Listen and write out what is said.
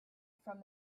from